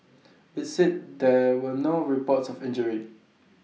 IT said there were no reports of injuries